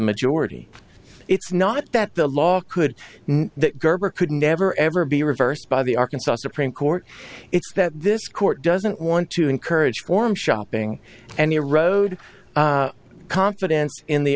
majority it's not that the law could that gerber could never ever be reversed by the arkansas supreme court it's that this court doesn't want to encourage form shopping and erode confidence in the